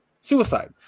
suicide